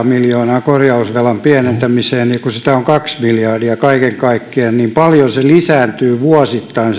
miljoonaa korjausvelan pienentämiseen ja sitä on kaksi miljardia kaiken kaikkiaan paljonko se korjausvelka lisääntyy vuosittain